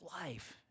life